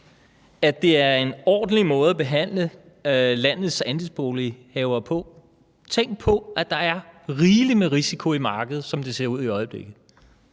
at det er en ordentlig måde at behandle landets andelsbolighavere på? Tænk på, at der er rigelig med risiko i markedet, som det ser ud i øjeblikket.